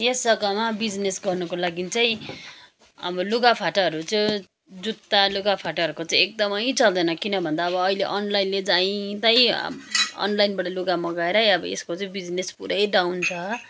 यस जग्गामा बिजिनेस गर्नको लागि चाहिँ अब लुगा फाटाहरू चाहिँ जुत्ता लुगाफाटाहरूको चाहिँ एकदमै चल्दैन किन भन्दा अब अहिले अनलाइनले जहीँ तहीँ अनलाइनबाट लुगा मगाएर अब यसको चाहिँ बिजिनेस पुरै डाउन छ